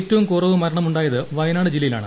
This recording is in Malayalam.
ഏറ്റവും കുറവ് മരണമുണ്ടായത് വയനാട് ജില്ലയി ലാണ്